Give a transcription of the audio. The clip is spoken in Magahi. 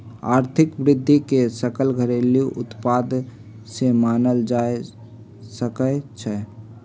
आर्थिक वृद्धि के सकल घरेलू उत्पाद से मापल जा सका हई